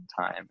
time